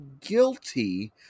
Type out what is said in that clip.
guilty